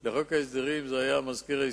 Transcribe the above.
לחוק ההסדרים זה היה מזכיר ההסתדרות.